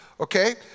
Okay